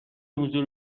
حضور